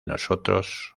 nosotros